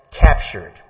captured